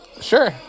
Sure